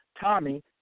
Tommy